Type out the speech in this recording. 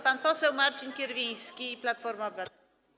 Pan poseł Marcin Kierwiński, Platforma Obywatelska.